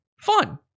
fun